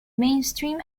mainstream